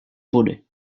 body